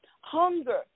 Hunger